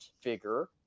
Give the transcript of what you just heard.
figure